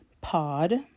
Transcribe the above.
Pod